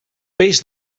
peix